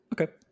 Okay